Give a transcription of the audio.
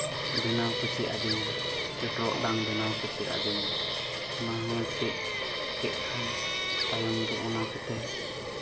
ᱵᱮᱱᱟᱣ ᱠᱚ ᱪᱮᱫ ᱟᱹᱫᱤᱧᱟ ᱥᱮ ᱴᱚᱨᱚᱰᱟᱝ ᱵᱮᱱᱟᱣ ᱠᱚ ᱪᱮᱫ ᱟᱹᱫᱤᱧᱟ ᱚᱱᱟ ᱦᱚᱸ ᱪᱮᱫ ᱠᱮᱫ ᱠᱷᱟᱱ ᱛᱟᱭᱚᱢ ᱫᱚ ᱚᱱᱟ ᱠᱚᱛᱮ